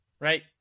Right